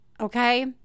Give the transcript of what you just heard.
okay